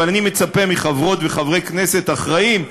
אבל אני מצפה מחברות וחברי כנסת אחראיים,